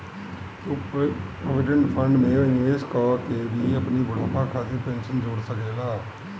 तू provident fund में निवेश कअ के भी अपनी बुढ़ापा खातिर पेंशन जोड़ सकेला